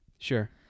Sure